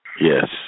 Yes